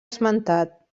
esmentat